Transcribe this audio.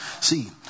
See